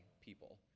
people